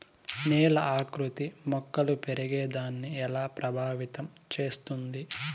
నేల ఆకృతి మొక్కలు పెరిగేదాన్ని ఎలా ప్రభావితం చేస్తుంది?